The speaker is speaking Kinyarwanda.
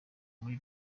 muri